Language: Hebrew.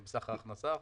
מסך ההכנסה החייבת.